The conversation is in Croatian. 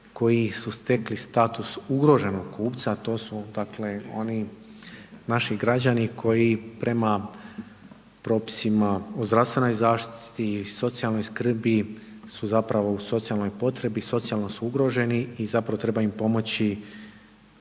koji su stekli status ugroženog kupca, a to su, dakle, oni naši građani, koji prema propisima o zdravstvenoj zaštiti, socijalnoj skrbi, su zapravo u socijalnoj potrebi, socijalno su ugroženi i zapravo treba im pomoći,